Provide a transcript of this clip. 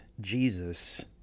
Jesus